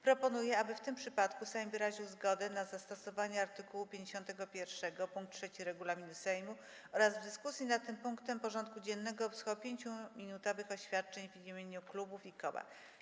Proponuję, aby w tym przypadku Sejm wyraził zgodę na zastosowanie art. 51 pkt 3 regulaminu Sejmu oraz w dyskusji nad tym punktem porządku dziennego wysłuchał 5-minutowych oświadczeń w imieniu klubów i koła.